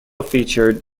featured